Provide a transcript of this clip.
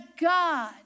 God